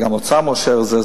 וגם האוצר מאשר את זה.